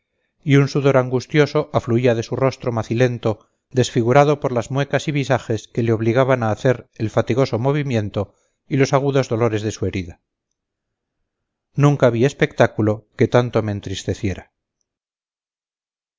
y un sudor angustioso afluía de su rostro macilento desfigurado por las muecas y visajes que le obligaban a hacer el fatigoso movimiento y los agudos dolores de su herida nunca vi espectáculo que tanto me entristeciera